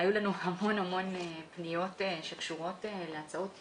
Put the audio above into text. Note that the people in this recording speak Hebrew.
היו לנו המון פניות שקשורות להצעות ייעול.